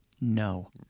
No